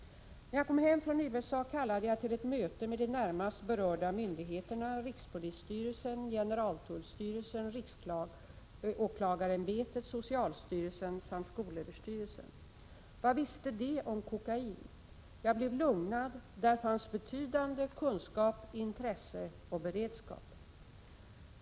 När jag kom hem från USA kallade jag till ett möte med de närmast berörda myndigheterna, rikspolisstyrelsen, generaltullstyrelsen, riksåklagarämbetet, socialstyrelsen samt skolöverstyrelsen. Vad visste de om kokain? Jag blev lugnad. Där fanns betydande kunskap, intresse och beredskap.